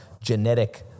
genetic